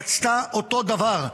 שבוודאי רצתה אותו הדבר,